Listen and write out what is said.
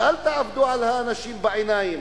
ואל תעבדו על אנשים בעיניים.